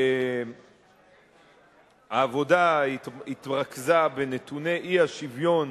העבודה התרכזה בנתוני האי-שוויון